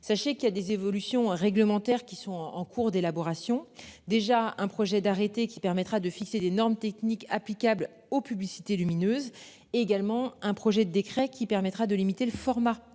Sachez qu'il y a des évolutions réglementaires qui sont en cours d'élaboration. Déjà un projet d'arrêté qui permettra de fixer des normes techniques applicables aux publicités lumineuses. Également un projet de décret qui permettra de limiter le format